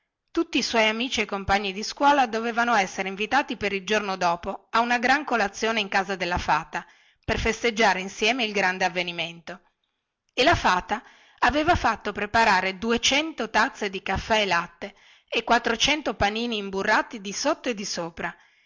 tutti i suoi amici e compagni di scuola dovevano essere invitati per il giorno dopo a una gran colazione in casa della fata per festeggiare insieme il grande avvenimento e la fata aveva fatto preparare dugento tazze di caffè e latte e quattrocento panini imburrati di sotto e di sopra